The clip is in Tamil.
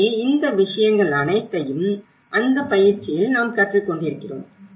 எனவே இந்த விஷயங்கள் அனைத்தையும் அந்த பயிற்சியில் நாம் கற்றுக் கொண்டிருக்கிறோம்